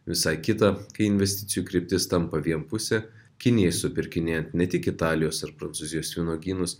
visai kita kai investicijų kryptis tampa vienpusė kinijai supirkinėjant ne tik italijos ir prancūzijos vynuogynus